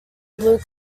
blue